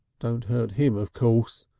don't hurt him of course.